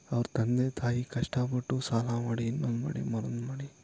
ಅವ್ರ ತಂದೆ ತಾಯಿ ಕಷ್ಟಪಟ್ಟು ಸಾಲ ಮಾಡಿ ಇನ್ನೊಂದು ಮಾಡಿ ಮರೊಂದ್ ಮಾಡಿ